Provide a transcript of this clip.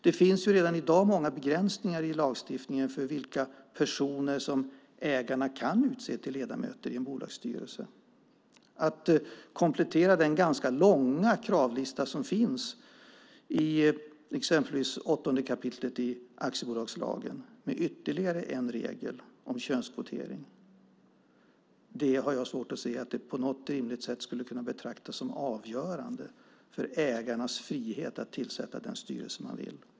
Det finns redan i dag många begränsningar i lagstiftningen gällande vilka personer som ägarna kan utse till ledamöter i en bolagsstyrelse. Att komplettera den ganska långa kravlista som finns i exempelvis 8 kap. aktiebolagslagen med ytterligare en regel - en om könskvotering - har jag svårt att se skulle betraktas som avgörande för ägarnas frihet att tillsätta den styrelse man vill.